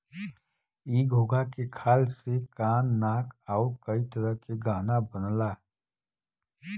इ घोंघा के खाल से कान नाक आउर कई तरह के गहना बनला